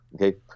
Okay